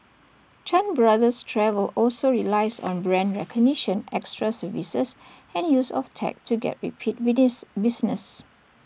chan brothers travel also relies on brand recognition extra services and use of tech to get repeat business